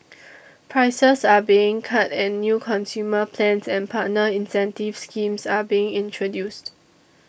prices are being cut and new consumer plans and partner incentive schemes are being introduced